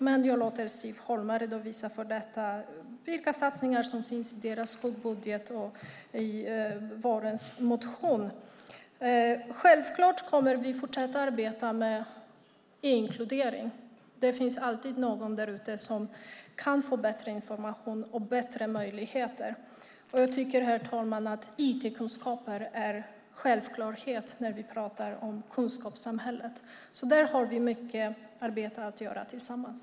Men jag låter Siv Holma redovisa vilka satsningar som finns i deras skuggbudget och i vårens motion. Självklart kommer vi att fortsätta att arbeta med e-inkludering. Det finns alltid någon därute som kan få bättre information och bättre möjligheter. Jag tycker, herr talman, att IT-kunskaper är en självklarhet när vi pratar om kunskapssamhället. Där har vi mycket arbete att göra tillsammans.